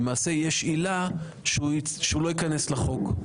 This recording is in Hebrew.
למעשה יש עילה שהוא לא ייכנס לחוק.